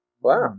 Wow